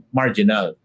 marginal